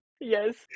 Yes